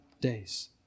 days